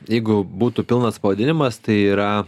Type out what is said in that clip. jeigu būtų pilnas pavadinimas tai yra